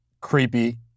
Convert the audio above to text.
creepy